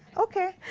ok.